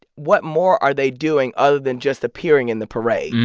what more are they doing other than just appearing in the parade,